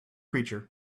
creature